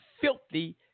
filthy